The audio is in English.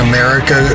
America